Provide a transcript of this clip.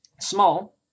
Small